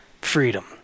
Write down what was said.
Freedom